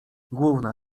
główna